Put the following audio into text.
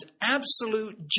absolute